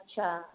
अछा